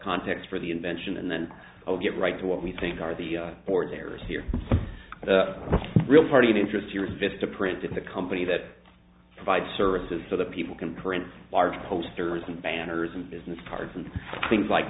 context for the invention and then get right to what we think are the board's errors here the real party of interest your vistaprint in the company that provides services so that people can print large posters and banners and business cards and things like